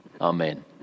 Amen